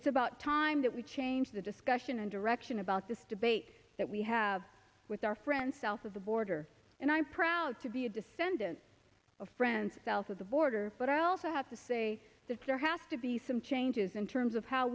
it's about time that we change the discussion and direction about this debate that we have with our friends south of the border and i'm proud to be a descendant of friends south of the border but i also have to say that there has to be some changes in terms of how